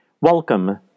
Welcome